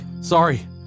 Sorry